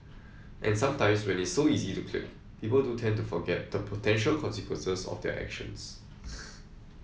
and sometimes when it's so easy to click people do tend to forget the potential consequences of their actions